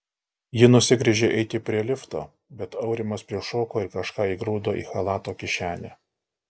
ji nusigręžė eiti prie lifto bet aurimas prišoko ir kažką įgrūdo į chalato kišenę